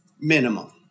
minimum